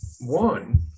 One